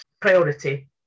priority